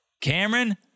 Cameron